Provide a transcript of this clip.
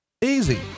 Easy